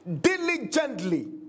diligently